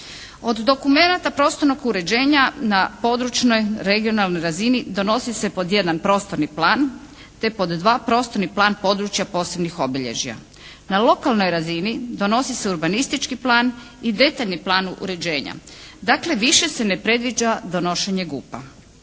Od dokumenata prostornog uređenja na područnoj (regionalnoj) razini donosi se pod 1. prostorni plan, te pod 2. prostorni plan područja posebnih obilježja. Na lokalnoj razini donosi se urbanistički plan i detaljni plan uređenja. Dakle, više se ne predviđa donošenje GUP-a.